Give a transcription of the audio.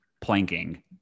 planking